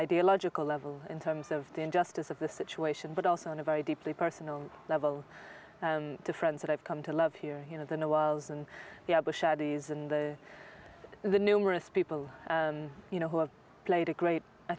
ideological level in terms of the injustice of the situation but also on a very deeply personal level to friends that i've come to love here you know the wiles and the the numerous people you know who have played a great i